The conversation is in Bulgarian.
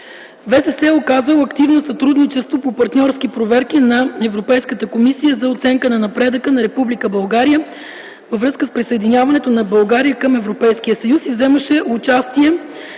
е оказвал активно сътрудничество по партньорски проверки на Европейската комисия за оценка на напредъка на Република България във връзка с присъединяването на България към Европейския